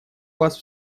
вас